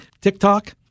TikTok